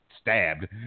stabbed